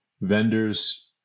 vendors